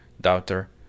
Doubter